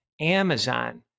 Amazon